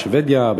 בשבדיה,